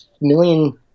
million